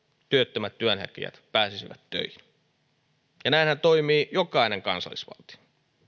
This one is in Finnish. työttömät työnhakijat pääsisivät töihin näinhän toimii jokainen kansallisvaltio